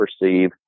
perceive